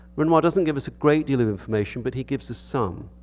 renoir doesn't give us a great deal of information, but he gives us some.